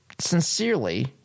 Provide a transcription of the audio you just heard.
sincerely